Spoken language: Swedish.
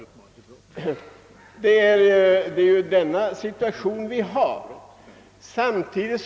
Sådan är den situation vi har.